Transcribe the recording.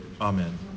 Amen